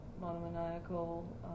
monomaniacal